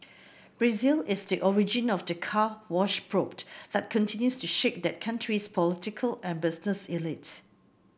Brazil is the origin of the Car Wash probe that continues to shake that country's political and business elite